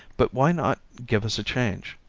but why not give us a change?